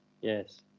Yes